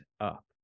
up